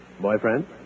Boyfriend